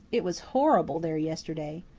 it was horrible there yesterday.